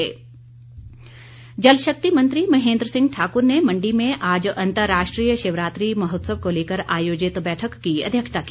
महेन्द्र सिंह जलशक्ति मंत्री महेन्द्र सिंह ठाकुर ने मण्डी में आज अंतर्राष्ट्रीय शिवरात्रि महोत्सव को लेकर आयोजित बैठक की अध्यक्षता की